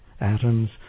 atoms